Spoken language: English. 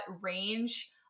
range